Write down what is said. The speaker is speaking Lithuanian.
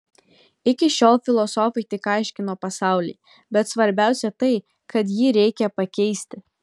iki šiol filosofai tik aiškino pasaulį bet svarbiausia tai kad jį reikia pakeisti